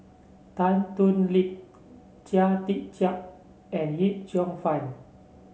Tan Thoon Lip Chia Tee Chiak and Yip Cheong Fun